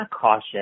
cautious